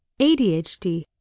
ADHD